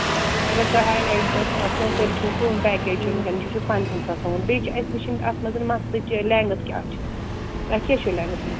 آ اگر تۄہہِ ہاے لایٹٕس آسٕنَو تیٚلہِ چھُ سون پیکیج چھُ ؤنکٮ۪ن یہِ چھُ پَنٛدٕہَن ساسَن ہُنٛد بیٚیہِ چھِ اَسہِ وُچھِنۍ اَتھ منٛز مَستٕچ لینگٕتھ کیٛاہ چھِ تۄہہِ کیٛاہ چھَو لینگٕتھ مَس